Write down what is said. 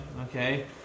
Okay